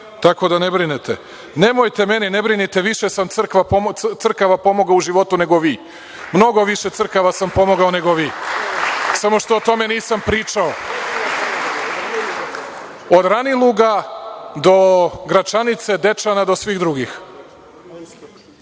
tako da ne brinete. Nemojte mene, ne brinite više sam crkava pomogao u životu nego vi. Mnogo više crkava sam pomogao nego vi samo što o tome nisam pričao. Od Raniluga do Gračanice, Dečana do svih drugih.